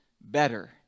better